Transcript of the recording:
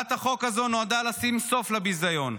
הצעת החוק הזו נועדה לשים סוף לביזיון.